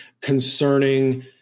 concerning